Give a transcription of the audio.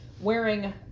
wearing